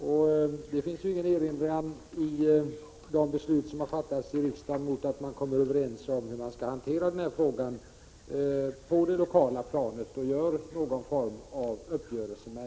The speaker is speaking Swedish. Enligt de regler som riksdagen fattat beslut om finns det ingenting som hindrar att man kommer överens om hur denna fråga skall hanteras och på det lokala planet träffar någon form av uppgörelse.